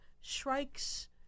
Strikes